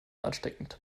ansteckend